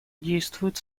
действуют